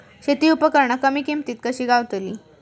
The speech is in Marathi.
शेती उपकरणा कमी किमतीत कशी गावतली?